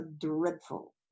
dreadful